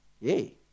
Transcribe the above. Yay